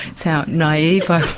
so naive i